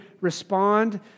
respond